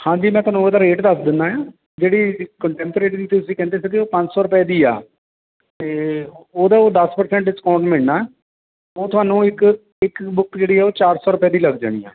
ਹਾਂਜੀ ਮੈਂ ਤੁਹਾਨੂੰ ਉਹਦਾ ਰੇਟ ਦੱਸ ਦਿੰਨਾ ਆ ਜਿਹੜੀ ਕੰਟੈਂਪਰੇਰੀ ਦੀ ਤੁਸੀਂ ਕਹਿੰਦੇ ਸੀਗੇ ਉਹ ਪੰਜ ਸੌ ਰੁਪਏ ਦੀ ਆ ਅਤੇ ਉਹਦਾ ਉਹ ਦਸ ਪਰਸੈਂਟ ਡਿਸਕਾਊਂਟ ਮਿਲਣਾ ਉਹ ਤੁਹਾਨੂੰ ਇੱਕ ਇੱਕ ਬੁੱਕ ਜਿਹੜੀ ਉਹ ਚਾਰ ਸੌ ਰੁਪਏ ਦੀ ਲੱਗ ਜਾਣੀ ਆ